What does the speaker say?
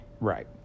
Right